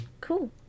cool